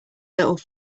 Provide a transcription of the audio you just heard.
little